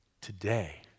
today